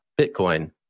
Bitcoin